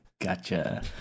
Gotcha